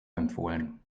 empfohlen